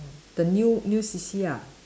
the new new C_C ah